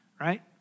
right